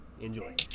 Enjoy